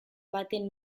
baten